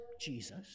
Jesus